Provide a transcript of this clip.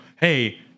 hey